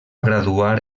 graduar